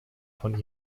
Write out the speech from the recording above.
von